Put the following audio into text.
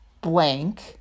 blank